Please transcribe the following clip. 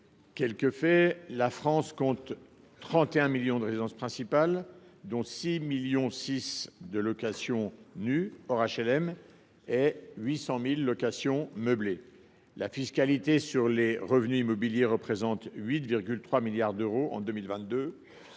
le rappelle, la France compte 31 millions de résidences principales, dont 6,6 millions de locations nues, hors HLM, et 800 000 locations meublées. La fiscalité sur les revenus immobiliers représente 8,3 milliards d’euros en 2022.